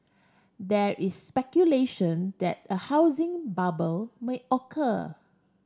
there is speculation that a housing bubble may occur